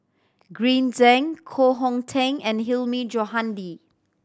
Green Zeng Koh Hong Teng and Hilmi Johandi